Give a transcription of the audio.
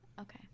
Okay